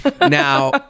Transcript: Now